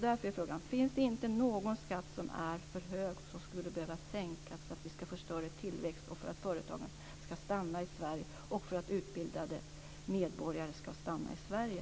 Därför är frågan: Finns det inte någon skatt som är för hög och som skulle behöva sänkas för att det ska bli större tillväxt och för att företagen och utbildade medborgare ska stanna i Sverige?